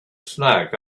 snack